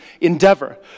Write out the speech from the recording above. endeavor